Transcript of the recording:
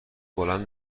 بلند